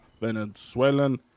Venezuelan